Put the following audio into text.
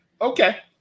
Okay